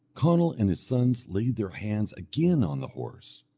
conall and his sons laid their hands again on the horse.